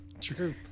True